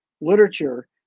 literature